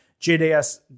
JDS